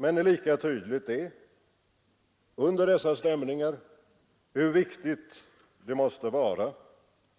Men lika tydligt är å andra sidan, under dessa stämningar, hur viktigt det måste vara